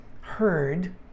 heard